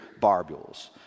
barbules